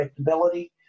predictability